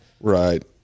Right